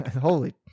Holy